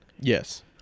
Yes